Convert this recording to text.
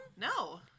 No